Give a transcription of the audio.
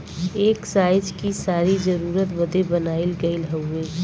एक समाज कि सारी जरूरतन बदे बनाइल गइल हउवे